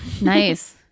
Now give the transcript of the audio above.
nice